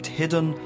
hidden